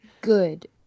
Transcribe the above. good